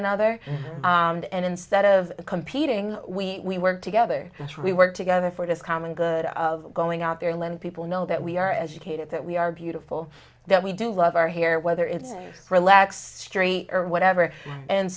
another and instead of competing we work together we work together for this common good of going out there limb people know that we are educated that we are beautiful that we do love our here whether it's a relaxed street or whatever and